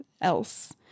else